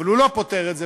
אבל הוא לא פותר את זה,